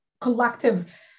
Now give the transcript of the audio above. collective